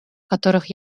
которых